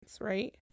right